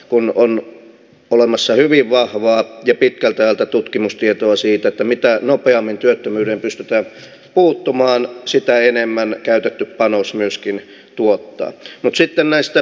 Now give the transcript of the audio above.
asiana on olemassa hyvin vakava kepittää täältä tutkimustietoa siitä mitä nopeammin työttömyyden pystytä puuttumaan sitä enemmän käytetty panos myöskin tuottaa sitä näistä